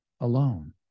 alone